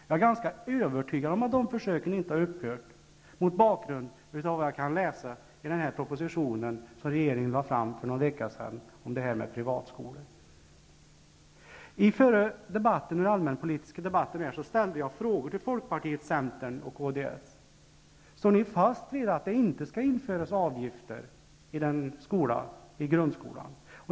Jag är ganska övertygad om att de inte har upphört mot bakgrund av vad jag kan läsa i den proposition som regeringen lade fram för någon vecka sedan om privatskolor. I den allmänpolitiska debatten ställde jag frågan till Folkpartiet, Centern och Kds: Står ni fortfarande fast vid att det inte skall införas avgifter i grundskolan?